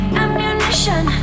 ammunition